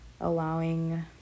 allowing